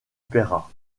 paiera